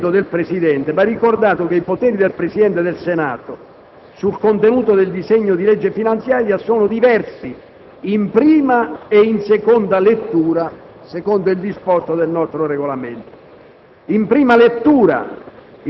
Quanto ad un diverso intervento del Presidente, va ricordato che i poteri del Presidente del Senato sul contenuto del disegno di legge finanziaria sono diversi in prima e in seconda lettura, secondo il disposto del nostro Regolamento.